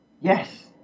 Yes